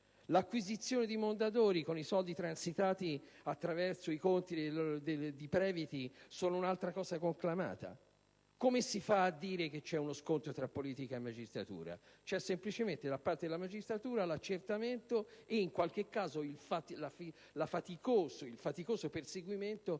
L'acquisizione di Mondadori con i soldi transitati attraverso i conti di Previti sono un'altra cosa conclamata. Come si fa a dire che c'è uno scontro tra politica e magistratura? C'è semplicemente da parte della magistratura l'accertamento e, in qualche caso, il faticoso perseguimento di